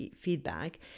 feedback